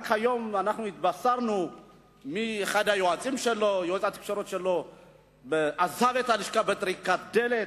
רק היום התבשרנו שיועץ התקשורת שלו עזב את הלשכה בטריקת דלת,